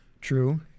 True